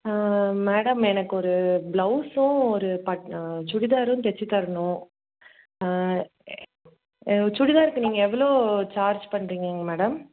madam எனக்கொரு ப்ளவுஸும் ஒரு பட் சுடிதாரும் தைச்சு தரணும் சுடிதாருக்கு நீங்கள் எவ்வளோ சார்ஜ் பண்ணுறிங்கங்க மேடம்